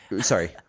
Sorry